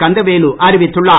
கந்தவேலு அறிவித்துள்ளார்